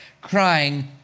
crying